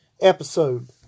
episode